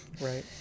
Right